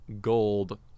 gold